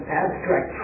abstract